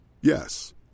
Yes